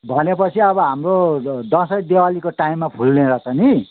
भने पछि अब हाम्रो दसैँ दिवालीको टाइममा फुल्ने रहेछ नि